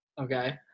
Okay